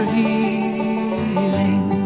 healing